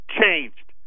changed